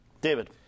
david